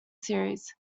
series